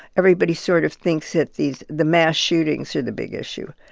everybody sort of thinks that these the mass shootings are the big issue,